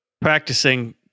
practicing